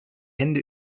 hände